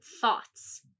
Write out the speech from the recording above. thoughts